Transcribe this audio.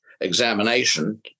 examination